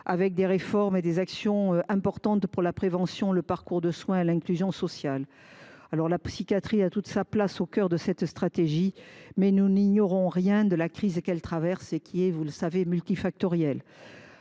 des réformes et des actions importantes pour la prévention, le parcours de soins et l’inclusion sociale. La psychiatrie a toute sa place au cœur de cette stratégie. Mais nous n’ignorons rien de la crise qu’elle traverse, qui est multifactorielle.